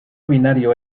binario